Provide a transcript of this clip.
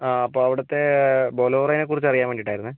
ആ അപ്പോൾ അവിടുത്തെ ബൊലോറെയെ കുറിച്ച് അറിയാൻ വേണ്ടിയിട്ട് ആയിരുന്നേ